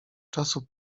czasu